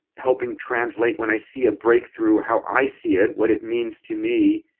helping translate when i see a breakthrough, how i see it, what it means to me,